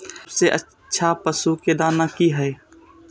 सबसे अच्छा पशु के दाना की हय?